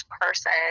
person